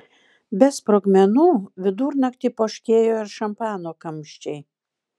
be sprogmenų vidurnaktį poškėjo ir šampano kamščiai